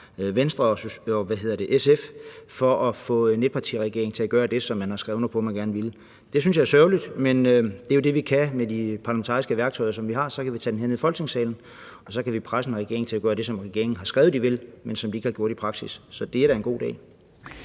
Venstre og SF, for at få en etpartiregering til at gøre det, som man har skrevet under på man gerne vil. Det synes jeg er sørgeligt. Men det er jo det, vi kan med de parlamentariske værktøjer, som vi har, nemlig tage det herned i Folketingssalen, og så kan vi presse en regering til at gøre det, som regeringen har skrevet den vil, men som den ikke har gjort i praksis. Så det er da en god dag.